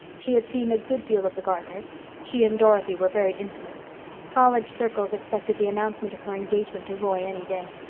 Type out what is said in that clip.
she had seen a good deal of the gardners she and dorothy were very intimate college circles expected the announcement of her engagement to roy any day.